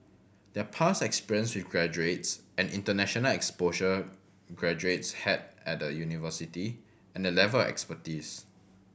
their past experience with graduates and international exposure graduates had at the university and the level expertise